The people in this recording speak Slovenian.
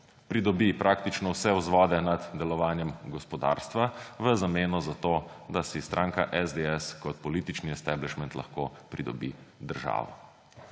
pridobi praktično vse vzvode nad delovanjem gospodarstva v zameno za to, da si stranka SDS kot politični esteblišment lahko pridobi državo.